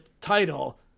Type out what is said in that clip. title